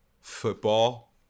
football